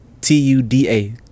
T-U-D-A